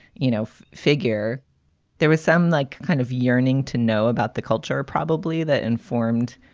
you know, figure there was some like kind of yearning to know about the culture, probably that informed,